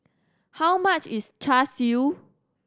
how much is Char Siu